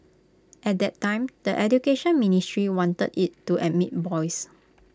at that time the Education Ministry wanted IT to admit boys